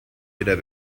wieder